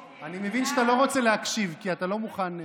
אני מבין שאתה לא רוצה להקשיב, כי אתה לא מוכן,